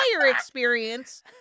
experience